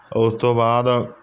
ਉਸ ਤੋਂ ਬਾਅਦ